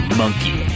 monkey